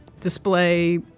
display